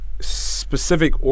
specific